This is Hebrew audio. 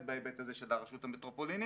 בהיבט הזה של הרשות המטרופולינית.